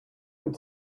dem